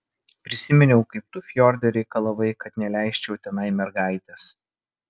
prisiminiau kaip tu fjorde reikalavai kad neleisčiau tenai mergaitės